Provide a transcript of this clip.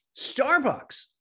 starbucks